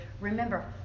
remember